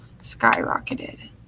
skyrocketed